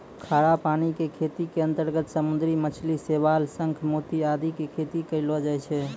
खारा पानी के खेती के अंतर्गत समुद्री मछली, शैवाल, शंख, मोती आदि के खेती करलो जाय छै